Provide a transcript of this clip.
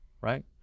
right